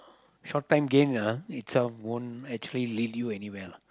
short time game lah itself won't actually lead you anywhere lah